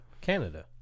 Canada